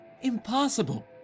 impossible